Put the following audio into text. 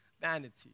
vanity